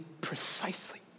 precisely